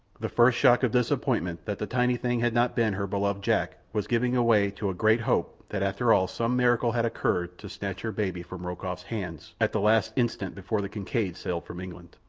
the first shock of disappointment that the tiny thing had not been her beloved jack was giving way to a great hope that after all some miracle had occurred to snatch her baby from rokoff's hands at the last instant before the kincaid sailed from england.